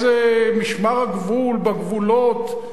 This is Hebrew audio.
משמר הגבול בגבולות,